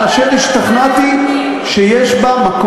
לא נותנים להם להגיש,